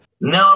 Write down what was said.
No